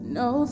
no